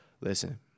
listen